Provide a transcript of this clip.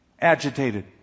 agitated